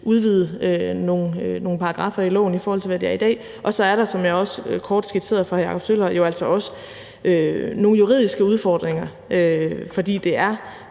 udvide nogle paragraffer i loven, i forhold til hvad det er i dag. Og så er der, som jeg også kort skitserede for hr. Jakob Sølvhøj, jo altså også nogle juridiske udfordringer. Det er